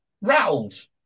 Rattled